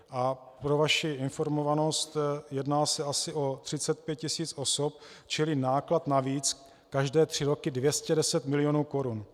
A pro vaši informovanost, jedná se asi o 35 tisíc osob, čili náklad navíc každé tři roky 210 milionů korun.